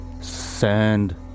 Sand